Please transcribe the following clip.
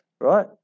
Right